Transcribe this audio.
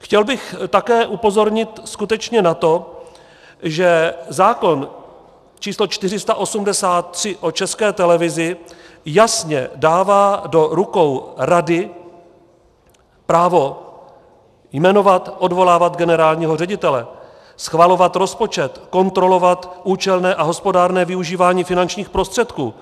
Chtěl bych také upozornit skutečně na to, že zákon č. 483 o České televizi jasně dává do rukou rady právo jmenovat, odvolávat generálního ředitele, schvalovat rozpočet, kontrolovat účelné a hospodárné využívání finančních prostředků.